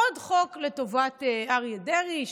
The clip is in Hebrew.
עוד חוק לטובת אריה דרעי,